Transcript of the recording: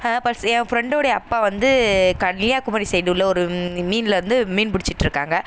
ஃப்ரெண்டோடைய அப்பா வந்து கன்னியாகுமரி சைடு உள்ள ஒரு மீன்ல வந்து மீன் பிடிச்சிட்ருக்காங்க